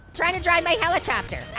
trying to drive my helichopter.